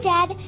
Dad